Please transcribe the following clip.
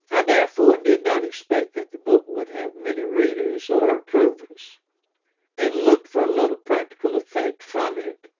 i therefore did not expect that the book would have many readers, or approvers and looked for little practical effect from it,